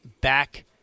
back